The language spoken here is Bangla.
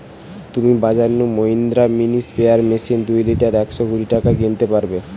তুমি বাজর নু মহিন্দ্রা মিনি স্প্রেয়ার মেশিন দুই লিটার একশ কুড়ি টাকায় কিনতে পারবে